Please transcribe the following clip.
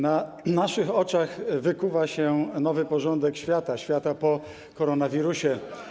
Na naszych oczach wykuwa się nowy porządek świata, świata po koronawirusie.